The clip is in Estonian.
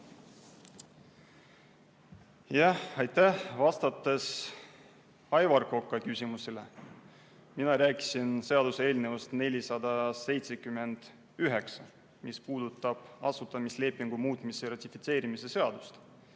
Aitäh! Vastates Aivar Koka küsimusele ma rääkisin seaduseelnõust 479, mis puudutab asutamislepingu muutmise ratifitseerimise seadust,